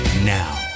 Now